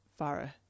farah